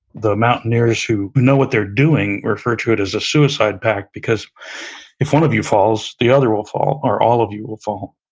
the mountaineers who know what they're doing, refer to it as a suicide pact because if one of you falls, the other will fall or all of you will fall.